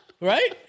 right